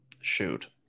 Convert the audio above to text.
Shoot